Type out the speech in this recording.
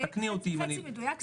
זה חצי מדויק.